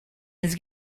his